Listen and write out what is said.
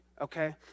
okay